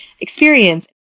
experience